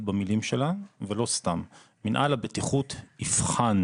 במילים שלה ולא סתם מינהל הבטיחות יבחן.